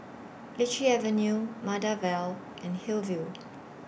Lichi Avenue Maida Vale and Hillview